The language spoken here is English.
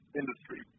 industry